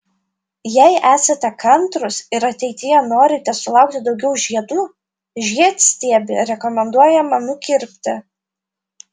jei esate kantrūs ir ateityje norite sulaukti daugiau žiedų žiedstiebį rekomenduojama nukirpti